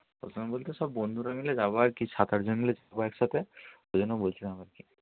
কতজন বলতে সব বন্ধুরা মিলে যাবো আর কি সাত আটজন মিলে যাবো একসাথে ওই জন্য বলছিলাম আর কি